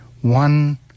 one